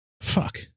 Fuck